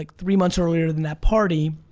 like three months earlier than that party,